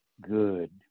good